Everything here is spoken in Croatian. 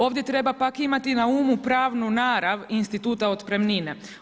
Ovdje treba pak imati na umu pravnu narav instituta otpremnine.